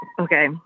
Okay